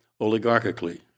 oligarchically